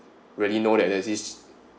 really know that there is this